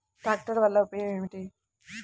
ట్రాక్టర్లు వల్లన ఉపయోగం ఏమిటీ?